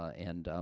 ah and,